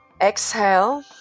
Exhale